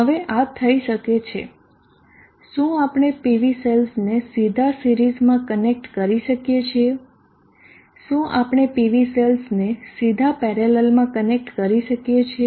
હવે આ થઈ શકે છે શું આપણે PV સેલ્સને સીધા સિરીઝમાં કનેક્ટ કરી શકીએ છીએ શું આપણે PV સેલ્સને સીધા પેરેલલમાં કનેક્ટ કરી શકીએ છીએ